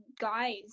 guys